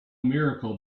miracle